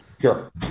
sure